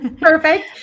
Perfect